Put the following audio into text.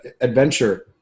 adventure